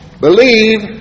believe